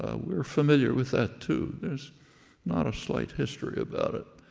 we're familiar with that, too. there's not a slight history about it.